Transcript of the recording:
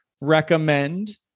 recommend